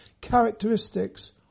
characteristics